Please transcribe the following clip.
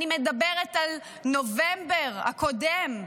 אני מדברת על נובמבר הקודם,